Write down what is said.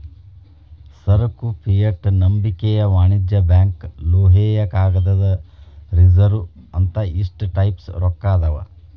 ಸರಕು ಫಿಯೆಟ್ ನಂಬಿಕೆಯ ವಾಣಿಜ್ಯ ಬ್ಯಾಂಕ್ ಲೋಹೇಯ ಕಾಗದದ ರಿಸರ್ವ್ ಅಂತ ಇಷ್ಟ ಟೈಪ್ಸ್ ರೊಕ್ಕಾ ಅದಾವ್